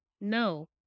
No